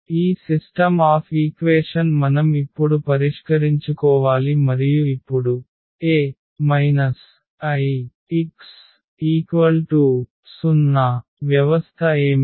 ఈ system of equation మనం ఇప్పుడు పరిష్కరించుకోవాలి మరియు ఇప్పుడు A Ix0 వ్యవస్థ ఏమిటి